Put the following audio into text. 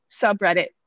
subreddit